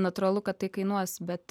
natūralu kad tai kainuos bet